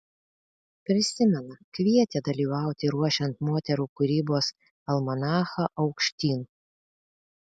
prisimena kvietė dalyvauti ruošiant moterų kūrybos almanachą aukštyn